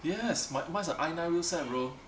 yes my~ mine is a I nine wheelset bro